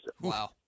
Wow